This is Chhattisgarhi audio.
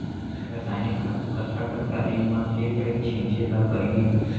रसायनिक खातू कतका कतका दिन म, के पइत छिंचे ल परहि?